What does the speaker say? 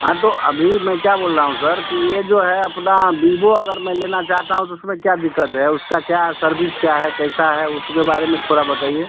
हाँ तो अभी मैं क्या बोल रहा हूँ सर कि ये जो है अपना विवो अगर मैं लेना चाहता हूँ तो उस में क्या दिक्कत है उसका क्या सर्विस क्या है कैसा है उसके बारे में थोड़ा बताइए